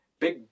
big